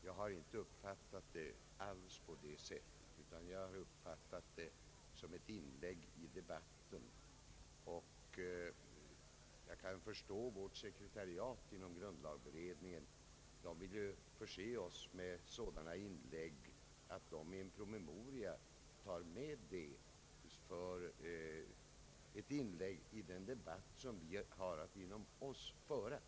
Jag har inte uppfattat det så. Det var ett inlägg i debatten. Jag kan förstå att sekretariatet inom grundlagberedningen ville förse ledamöterna med sådana inlägg och därför tog med det som del i en promemoria för den diskussion vi har att föra inom grundlagberedningen.